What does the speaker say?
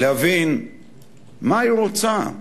להבין מה היא רוצה.